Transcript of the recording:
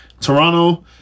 Toronto